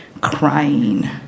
crying